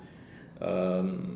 um